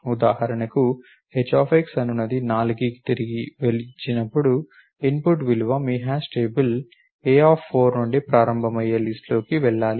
ఉదాహరణకు h అనునది 4కి తిరిగి ఇచ్చినప్పుడు ఇన్పుట్ విలువ మీ హ్యాష్ టేబుల్ A4 నుండి ప్రారంభమయ్యే లిస్ట్ లోకి వెళ్లాలి